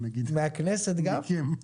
גם מהכנסת?